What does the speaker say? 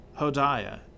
Hodiah